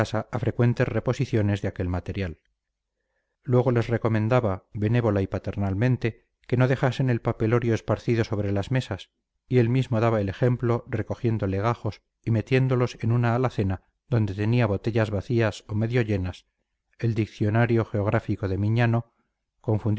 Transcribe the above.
a frecuentes reposiciones de aquel material luego les recomendaba benévola y paternalmente que no dejasen el papelorio esparcido sobre las mesas y él mismo daba el ejemplo recogiendo legajos y metiéndolos en una alacena donde tenía botellas vacías o medio llenas el diccionario geográfico de miñano